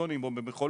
בקרטונים או במכולות,